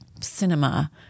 cinema